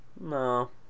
No